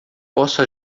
posso